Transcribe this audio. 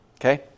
Okay